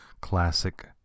Classic